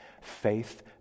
Faith